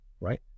right